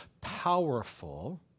powerful